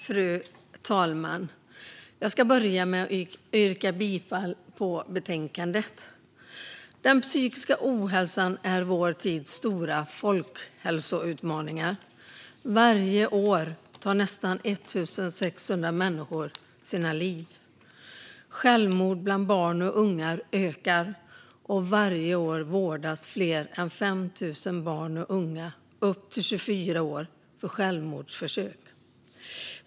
Fru talman! Jag vill börja med att yrka bifall till förslaget i betänkandet. Den psykiska ohälsan är vår tids stora folkhälsoutmaning. Varje år tar nästan 1 600 människor sitt liv. Självmorden bland barn och unga ökar, och varje år vårdas fler än 5 000 barn och unga upp till 24 år för självmordsförsök.